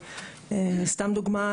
סתם דוגמה,